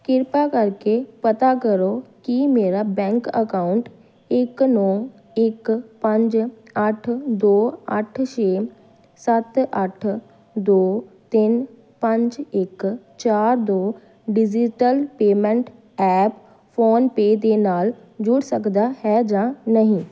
ਕਿਰਪਾ ਕਰਕੇ ਪਤਾ ਕਰੋ ਕਿ ਮੇਰਾ ਬੈਂਕ ਅਕਾਊਂਟ ਇੱਕ ਨੌਂ ਇੱਕ ਪੰਜ ਅੱਠ ਦੋ ਅੱਠ ਛੇ ਸੱਤ ਅੱਠ ਦੋ ਤਿੰਨ ਪੰਜ ਇੱਕ ਚਾਰ ਦੋ ਡਿਜੀਟਲ ਪੇਮੈਂਟ ਐਪ ਫੋਨਪੇ ਦੇ ਨਾਲ ਜੁੜ ਸਕਦਾ ਹੈ ਜਾਂ ਨਹੀਂ